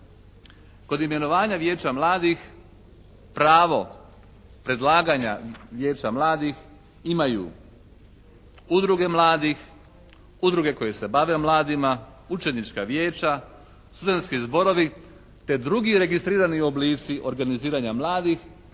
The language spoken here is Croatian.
kod imenovanja vijeća mladih pravo predlaganja vijeća mladih imaju udruge mladih, udruge koje bave mladima, učenička vijeća, studentski zborovi te drugi registrirani oblici organiziranja mladih